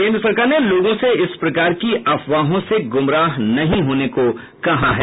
केन्द्र सरकार ने लोगों से इस प्रकार की अफवाहों से गुमराह नहीं होने को कहा है